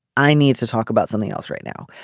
i need to talk about something else right now.